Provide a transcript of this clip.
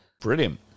Brilliant